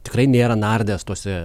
tikrai nėra nardęs tuose